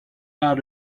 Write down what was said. ought